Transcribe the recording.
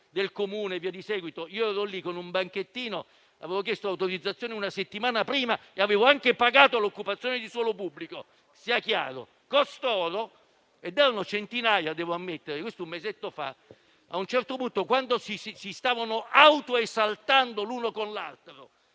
Io ero lì con un banchettino, avevo chiesto l'autorizzazione una settimana prima e - sia chiaro - avevo anche pagato l'occupazione di suolo pubblico.